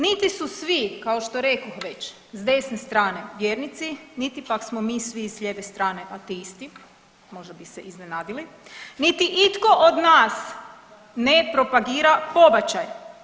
Niti su svi kao što rekoh sve s desne strane vjernici, niti pak smo mi svi s lijeve strane ateisti, možda bi se iznenadili, niti itko od nas ne propagira pobačaj.